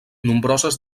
nombroses